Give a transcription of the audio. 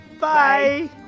Bye